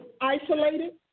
isolated